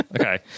Okay